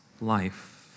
life